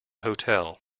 hotel